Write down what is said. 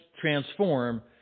transform